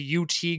ut